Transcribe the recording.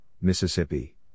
Mississippi